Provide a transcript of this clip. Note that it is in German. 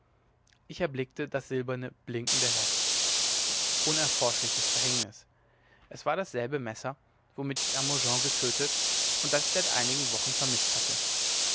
ich erblickte das silberne blinkende heft unerforschliches verhängnis es war dasselbe messer womit ich hermogen getötet und das ich seit einigen wochen vermißt hatte